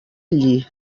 allí